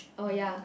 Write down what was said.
oh ya